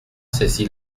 saisit